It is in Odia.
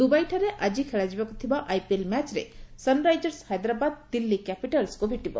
ଦୁବାଇଠାରେ ଆଜି ଖେଳାଯିବାକୁ ଥିବା ଆଇପିଏଲ୍ ମ୍ୟାଚ୍ରେ ସନ୍ରାଇଜର୍ସ ହାଇଦ୍ରାବାଦ୍ ଦିଲ୍ଲୀ କ୍ୟାପିଟାଲସ୍କୁ ଭେଟିବ